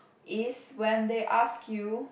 is when they ask you